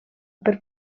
per